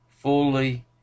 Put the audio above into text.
fully